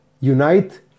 unite